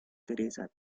teresa